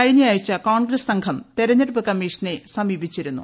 കഴിഞ്ഞയാഴ്ച കോൺഗ്രസ്സ് സംഘം തെരെഞ്ഞെടുപ്പ് കമ്മീഷനെ സമീപിച്ചിരുന്നു